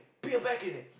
put it back in it